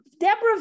Deborah